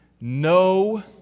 no